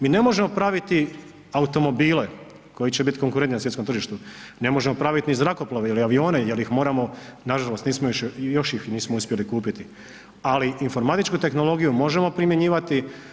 Mi ne možemo praviti automobile koji će biti konkurentni na svjetskom tržištu, ne možemo praviti ni zrakoplove ili avione jel nažalost još ih nismo uspjeli kupiti, ali informatičku tehnologiju možemo primjenjivati.